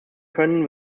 können